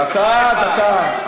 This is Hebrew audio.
דקה, דקה.